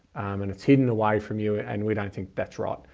and it's hidden away from you. and we don't think that's right.